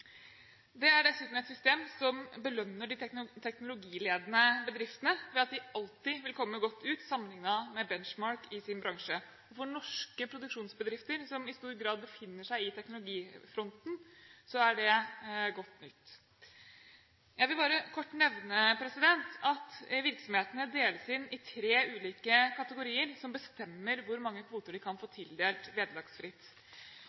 Det er dessuten et system som belønner de teknologiledende bedriftene ved at de alltid vil komme godt ut sammenlignet med benchmark i sin bransje. For norske produksjonsbedrifter, som i stor grad befinner seg i teknologifronten, er det godt nytt. Jeg vil bare kort nevne at virksomhetene deles inn i tre ulike kategorier, som bestemmer hvor mange kvoter de kan få